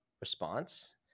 response